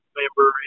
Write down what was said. member